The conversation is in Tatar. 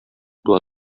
була